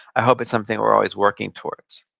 i hope it's something we're always working towards.